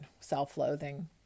self-loathing